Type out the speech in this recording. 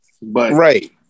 Right